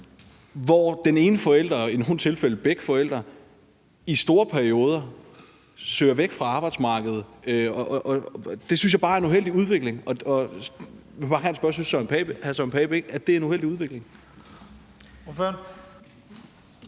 hvor den ene forælder og i nogle tilfælde begge forældre i store perioder søger væk fra arbejdsmarkedet. Det synes jeg bare er en uheldig udvikling, og jeg vil bare gerne spørge hr. Søren Pape Poulsen, om hr. Søren